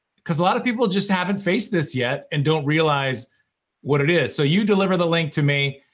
because a lot of people just haven't faced this yet and don't realize what it is. so you deliver the link to me,